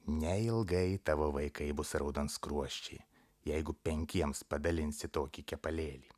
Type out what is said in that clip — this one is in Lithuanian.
neilgai tavo vaikai bus raudonskruosčiai jeigu penkiems padalinsi tokį kepalėlį